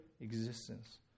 existence